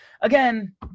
again